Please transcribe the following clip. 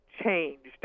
changed